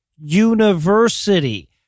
University